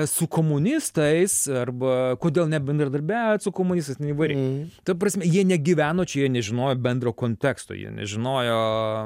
su komunistais arba kodėl nebendradarbiaujat su komunistais įvairiai ta prasme jie negyveno čia jie nežinojo bendro konteksto jie nežinojo